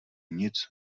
nic